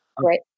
Right